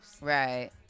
right